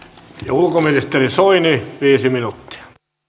ulkoministeri soini viisi minuuttia